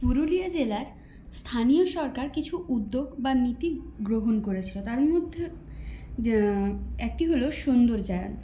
পুরুলিয়া জেলার স্থানীয় সরকার কিছু উদ্যোগ বা নীতি গ্রহণ করেছিল তার মধ্যে একটি হল সৌন্দর্যায়ন